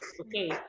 okay